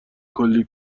کلی